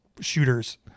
shooters